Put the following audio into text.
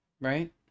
right